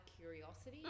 curiosity